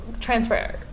transfer